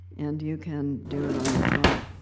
and you can do it on your phone.